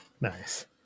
nice